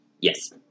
Yes